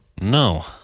No